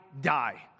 die